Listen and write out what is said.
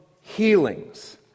healings